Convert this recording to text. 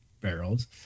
barrels